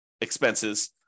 expenses